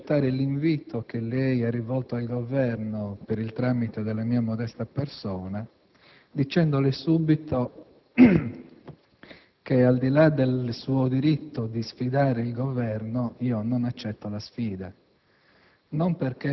di accettare l'invito da lei rivolto al Governo per il tramite della mia modesta persona, dicendole subito che, al di là del suo diritto a sfidare l'Esecutivo, non accolgo tale sfida,